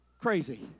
crazy